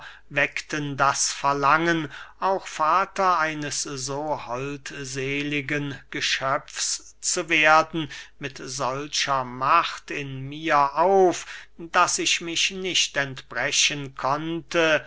weckten das verlangen auch vater eines so holdseligen geschöpfs zu werden mit solcher macht in mir auf daß ich mich nicht entbrechen konnte